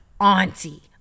auntie